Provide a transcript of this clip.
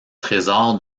trésor